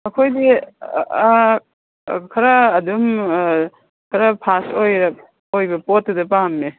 ꯑꯩꯈꯣꯏꯗꯤ ꯈꯔ ꯑꯗꯨꯝ ꯈꯔ ꯐꯥꯁ ꯑꯣꯏꯕ ꯄꯣꯠꯇꯨꯗ ꯄꯥꯝꯃꯦ